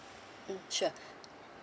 mm sure